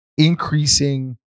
Increasing